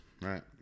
right